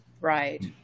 Right